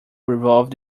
revolved